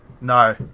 No